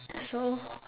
so